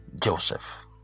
Joseph